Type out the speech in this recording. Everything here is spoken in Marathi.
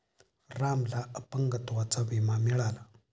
रामला अपंगत्वाचा विमा मिळाला